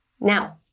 now